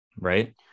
right